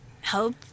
help